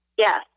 Yes